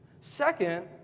Second